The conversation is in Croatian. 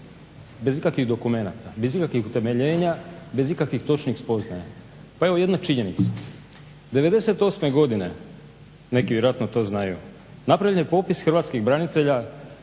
bez ikakvih dokumenata, bez ikakvih utemeljenja, bez ikakvih točnih spoznaja. Pa evo jedna činjenica. '98. godine, neki vjerojatno to znaju, napravljen je popis hrvatskih branitelja